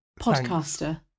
podcaster